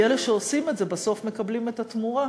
כי אלה שעושים את זה בסוף מקבלים את התמורה.